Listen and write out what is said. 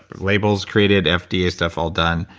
labels created, fda stuff all done,